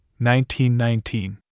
1919